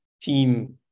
team